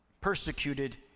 persecuted